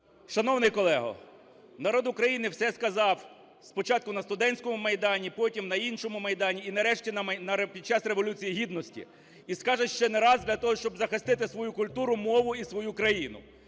Шановний колего, народ України все сказав спочатку на "студентському Майдані", потім – на іншому Майдані, і нарешті під час Революції Гідності. І скаже ще не раз, для того щоб захистити свою культуру, мову і свою країну.